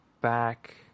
back